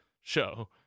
show